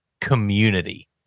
community